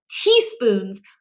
teaspoons